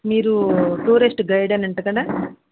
మీరు టూరిస్ట్ గైడేనంట కదా